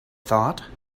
thought